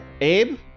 Abe